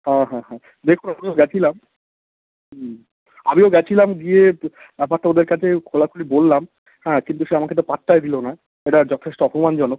হ্যাঁ হ্যাঁ হ্যাঁ দেখুন আমি তো গেছিলাম হুম আমিও গেছিলাম গিয়ে ব্যাপারটা ওদের কাছে খোলাখুলি বললাম হ্যাঁ কিন্তু সে আমাকে তো পাত্তাই দিলো না এটা যথেষ্ট অপমানজনক